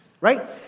Right